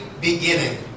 beginning